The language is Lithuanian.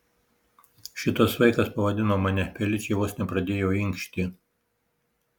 šitas vaikas pavadino mane feličė vos nepradėjo inkšti